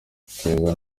keza